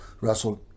wrestled